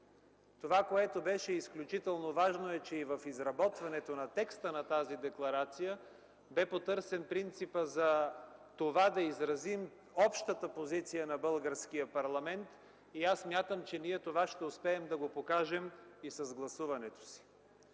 Това, което беше изключително важно, е, че и в изработването на текста на тази декларация бе потърсен принципът за това да изразим общата позиция на българския парламент и аз смятам, че ще успеем да го покажем и с гласуването си.